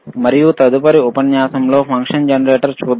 మరియు తరువాతి ఉపన్యాసంలో ఫంక్షన్ జెనరేటర్ చూద్దాం